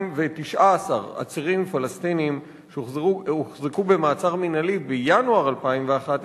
מ-219 עצירים פלסטינים שהוחזקו במעצר מינהלי בינואר 2011,